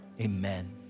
Amen